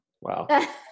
Wow